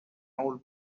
old